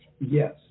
Yes